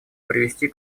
привести